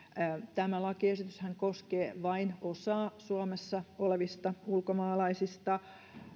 tämä lakiesityshän koskee vain osaa suomessa olevista ulkomaalaisista